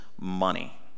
money